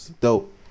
Dope